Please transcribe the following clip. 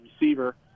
receiver